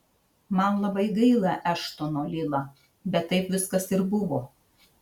man labai gaila eštono lila bet taip viskas ir buvo